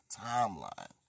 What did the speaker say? timeline